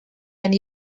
and